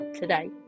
today